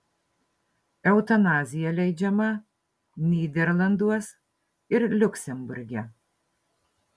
eutanazija leidžiama nyderlanduos ir liuksemburge